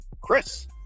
Chris